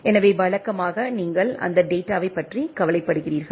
எனவே வழக்கமாக நீங்கள் அந்தத் டேட்டாவைப் பற்றிக் கவலைப்படுகிறீர்கள்